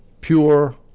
pure